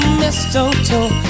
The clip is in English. mistletoe